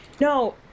no